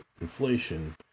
inflation